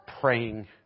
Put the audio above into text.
praying